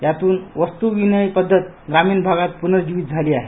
यातून जूनी वस्तू विनिमय पदधत ग्रामीण भागात पुनर्जीवित झाली आहे